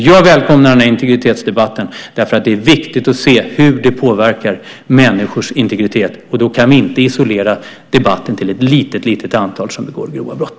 Jag välkomnar den här integritetsdebatten, därför att det är viktigt att se hur detta påverkar människors integritet. Då kan vi inte isolera debatten till ett litet antal som begår grova brott.